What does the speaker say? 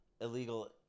illegal